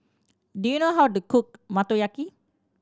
do you know how to cook Motoyaki